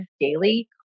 daily